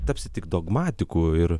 tapsi tik dogmatiku ir